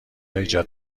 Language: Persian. ایجاد